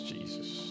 Jesus